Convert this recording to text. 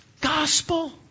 gospel